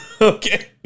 okay